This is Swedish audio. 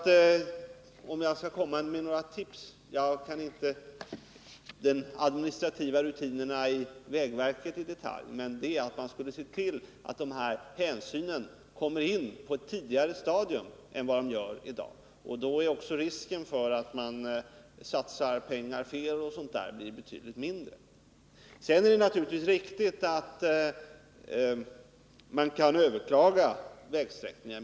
Om jag skulle komma med något tips vore det — även om jag inte kan de administrativa rutinerna inom vägverket i detalj — att man skulle se till att de här hänsynen kommer in på ett tidigare stadium än vad som sker i dag. Och då blir också risken för att man satsar pengar fel betydligt mindre. Sedan är det naturligtvis riktigt att man kan överklaga beslut om vägsträckningar.